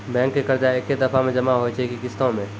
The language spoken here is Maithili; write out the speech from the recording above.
बैंक के कर्जा ऐकै दफ़ा मे जमा होय छै कि किस्तो मे?